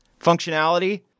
functionality